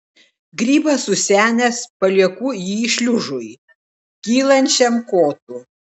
grybas susenęs palieku jį šliužui kylančiam kotu